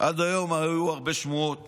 עד היום היו הרבה שמועות